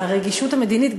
הרגישות המדינית.